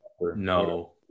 No